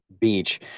beach